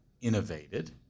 innovated